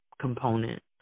component